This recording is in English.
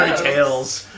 jails